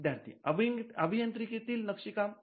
विद्यार्थी अभियंत्रिकी तील नक्षी काम